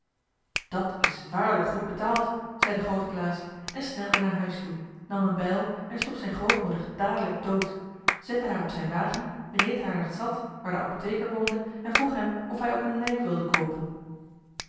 dat is waarlijk goed betaald zei de groote klaas en snelde naar huis toe nam een bijl en sloeg zijn grootmoeder dadelijk dood zette haar op zijn wagen reed haar naar de stad waar de apotheker woonde en vroeg hem of hij ook een lijk wilde koopen